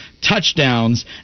touchdowns